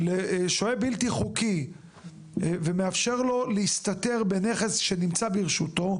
לשוהה בלתי חוקי ומאפשר לו להסתתר בנכס שנמצא ברשותו,